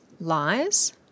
lies